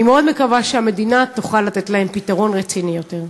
אני מאוד מקווה שהמדינה תוכל לתת להם פתרון רציני יותר.